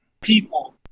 people